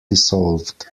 dissolved